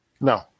No